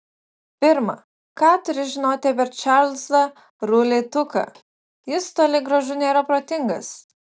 pirma ką turi žinoti apie čarlzą rulį tuką jis toli gražu nėra protingas